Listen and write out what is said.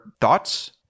thoughts